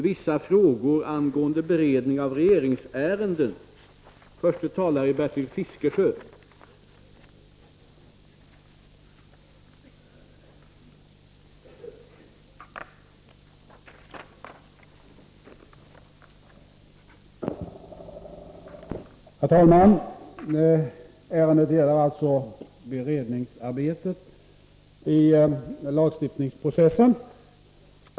Ärendet gäller alltså beredningsarbetet i lagstiftningsprocessen.